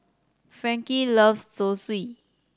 Frankie loves Zosui